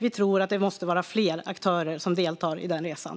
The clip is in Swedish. Vi tror att det måste vara fler aktörer som deltar i den resan.